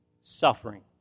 suffering